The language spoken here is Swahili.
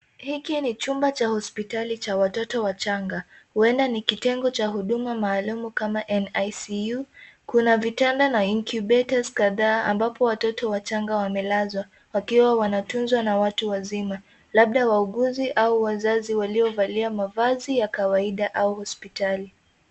Hiki ni jumba cha hospitali cha watoto wachanga huenda ni kitengo cha huduma maalum kama NISU kuna vitanda na incubators kataa ambapo watoto wachanga wamelaswa wakiwa wanatunzwa na watu wazima labda wauguzi au wazazi waliovalia mavasi ya kawaida au hospitali.